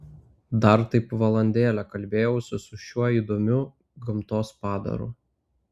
dar taip valandėlę kalbėjausi su šiuo įdomiu gamtos padaru